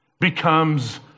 becomes